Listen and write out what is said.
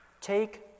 take